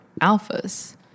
alphas